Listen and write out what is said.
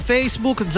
Facebook